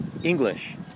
English